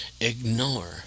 ignore